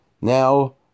Now